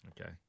Okay